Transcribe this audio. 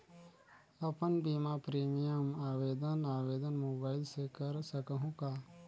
अपन बीमा प्रीमियम आवेदन आवेदन मोबाइल से कर सकहुं का?